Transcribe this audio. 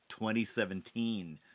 2017